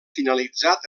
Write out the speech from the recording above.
finalitzat